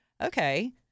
okay